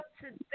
today